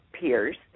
peers